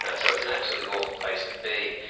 ah so it's an absolutely awful place to be.